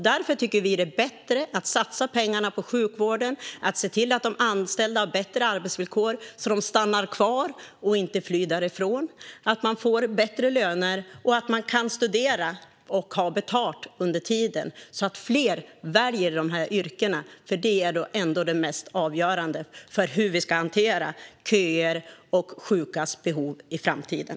Därför tycker vi att det är bättre att satsa pengarna på sjukvården, se till att de anställda har bättre arbetsvillkor, så att de stannar kvar och inte flyr därifrån, och se till att man får bättre löner och att man kan studera och få betalt under tiden. Då kommer fler att välja de här yrkena. Det är ändå det mest avgörande för hur vi ska hantera köer och sjukas behov i framtiden.